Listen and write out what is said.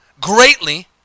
greatly